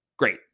Great